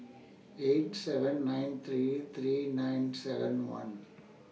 eight seven nine three three nine seven one